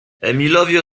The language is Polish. emilowi